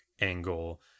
angle